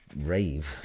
rave